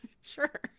sure